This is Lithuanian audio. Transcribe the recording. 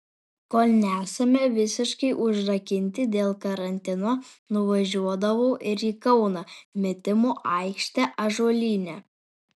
kol nesame visiškai užrakinti dėl karantino nuvažiuodavau ir į kauną metimų aikštę ąžuolyne